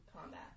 combat